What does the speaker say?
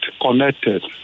connected